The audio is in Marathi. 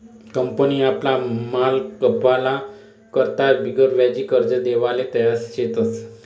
कंपनी आपला माल खपाडा करता बिगरव्याजी कर्ज देवाले तयार शेतस